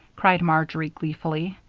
cried marjory, gleefully.